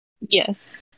yes